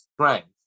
strength